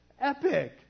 epic